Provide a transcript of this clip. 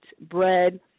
bread